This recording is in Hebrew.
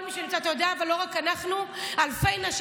כל מי שנמצא, אתה יודע, ולא רק אנחנו, אלפי נשים